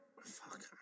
fuck